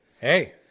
Hey